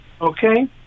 okay